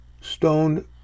Stoned